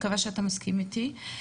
אני מקווה שאתה מסכים אתי.